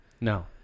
No